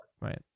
Right